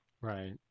Right